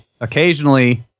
occasionally